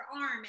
arm